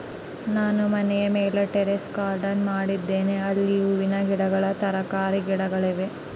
ನಾನು ಮನೆಯ ಮೇಲೆ ಟೆರೇಸ್ ಗಾರ್ಡೆನ್ ಮಾಡಿದ್ದೇನೆ, ಅಲ್ಲಿ ಹೂವಿನ ಗಿಡಗಳು, ತರಕಾರಿಯ ಗಿಡಗಳಿವೆ